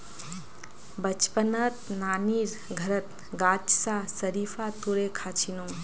बचपनत नानीर घरत गाछ स शरीफा तोड़े खा छिनु